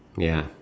ya